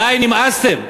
די, נמאסתם.